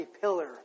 pillar